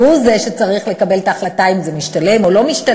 והוא שצריך לקבל את ההחלטה אם זה משתלם או לא משתלם,